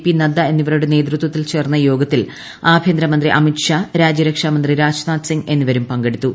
P Nadda എന്നിവരുടെ നേതൃത്വത്തിൽ ചേർന്ന യോഗത്തിൽ ആഭ്യന്തരമന്ത്രി അമിത് ഷാ രാജ്യരക്ഷാ മന്ത്രി രാജ്നാഥ് സിങ് എന്നിവരും പങ്കെടുത്തു